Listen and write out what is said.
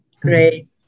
Great